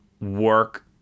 work